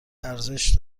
ارزش